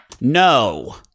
No